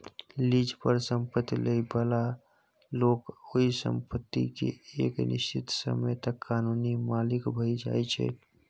lease पर संपैत लइ बला लोक ओइ संपत्ति केँ एक निश्चित समय तक कानूनी मालिक भए जाइ छै